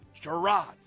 Gerard